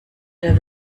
der